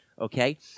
okay